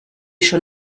schon